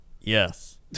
yes